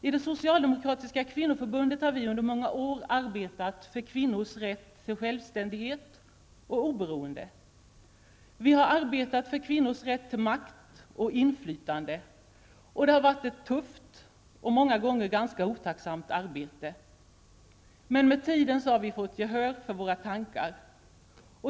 I det socialdemokratiska kvinnoförbundet har vi under många år arbetat för kvinnors rätt till självständighet och oberoende. Vi har arbetat för kvinnors rätt till makt och inflytande. Det har varit ett tufft och många gånger ganska otacksamt arbete, men med tiden har vi fått gehör för våra åsikter.